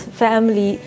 family